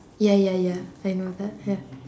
ya ya ya I know that ya